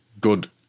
good